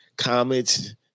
comments